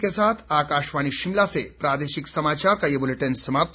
इसी के साथ आकाशवाणी शिमला से प्रादेशिक समाचार का ये बुलेटिन समाप्त हुआ